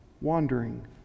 wandering